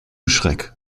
schreck